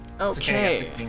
Okay